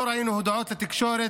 לא ראינו הודעות לתקשורת,